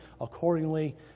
accordingly